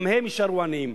גם הם יישארו עניים.